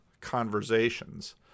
conversations